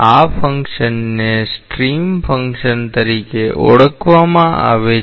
આ ફંક્શનને stream function તરીકે ઓળખવામાં આવે છે